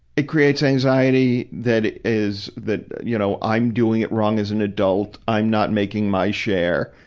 it creates anxiety that is, that, you know, i'm doing it wrong as an adult. i'm not making my share.